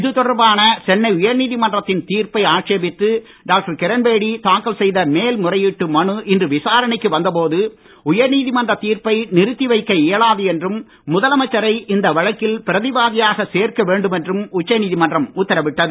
இதுதொடர்பான சென்னை உயர்நீதிமன்றத்தின் தீர்ப்பை ஆட்சேபித்து டாக்டர் கிரண்பேடி தாக்கல் செய்த மேல்முறையீட்டு மனு இன்று விசாரணைக்கு வந்த போது உயர்நீதிமன்ற தீர்ப்பை நிறுத்தி வைக்க இயலாது என்றும் முதலமைச்சரை இந்த வழக்கில் பிரதிவாதியாக சேர்க்க வேண்டும் என்றும் உச்சநீதிமன்றம் உத்தரவிட்டது